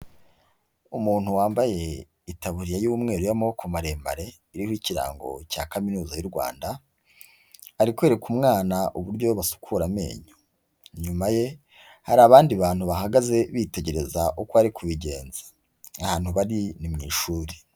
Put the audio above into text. Umuntu wambaye itaburiya y'umweru y'amaboko maremare, iriho ikirango cya Kaminuza y'u Rwanda, ari kwereka umwana uburyo basukura amenyo. Inyuma ye, hari abandi bantu bahagaze, bitegereza uko ari kubigenza. Ahantu bari ni mu ishuri.